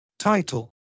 Title